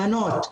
בנות,